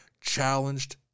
challenged